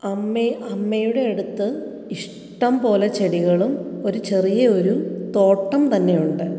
അമ്മെ അമ്മയുടെ അടുത്ത് ഇഷ്ടം പോലെ ചെടികളും ഒരു ചെറിയ ഒരു തോട്ടം തന്നെയുണ്ട്